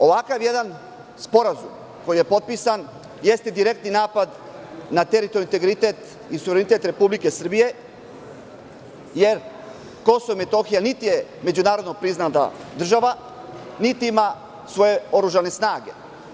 Ovakav jedan sporazum koji je potpisan jeste direktni napad na teritorijalni integritet i suverenitet Republike Srbije jer Kosovo i Metohija niti je međunarodno priznata država, niti ima svoje oružane snage.